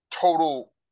total